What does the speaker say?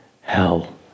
hell